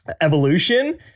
evolution